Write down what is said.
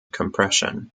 compression